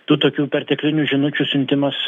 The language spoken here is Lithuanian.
tu tokių perteklinių žinučių siuntimas